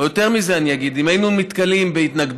ויותר מזה אני אגיד: אם היינו נתקלים בהתנגדות